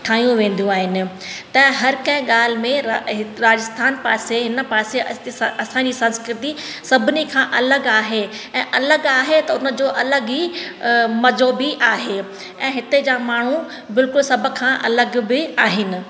ठाहियूं वेंदियूं आहिनि त हर कंहिं ॻाल्हि में ई राजस्थान पासे हिन पासे अस्त असांजी संस्कृति सभिनी खां अलॻि आहे ऐं अलॻि आहे त उन जो अलॻि ई मज़ो बि आहे ऐं हिते जा माण्हू बिल्कुल सब खां अलॻि बि आहिनि